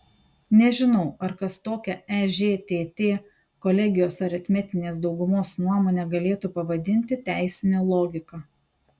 nežinau ar kas tokią ežtt kolegijos aritmetinės daugumos nuomonę galėtų pavadinti teisine logika